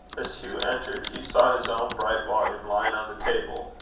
as hugh entered, he saw his own bright volume lying on the table,